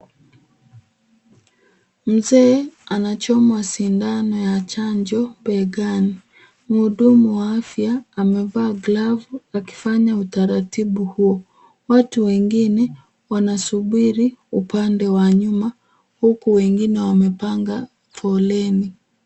Mzee anachomwa sindano ya chanjo begani. Mhudumu wa afya amevaa glavu akifanya utaratibu huo. Watu wengine wanasubiri upande wa nyuma huku wengine wamepanga foleni.